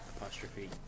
apostrophe